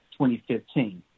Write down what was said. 2015